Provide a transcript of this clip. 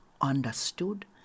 understood